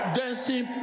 dancing